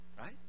Right